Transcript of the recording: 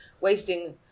wasting